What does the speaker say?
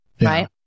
right